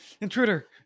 intruder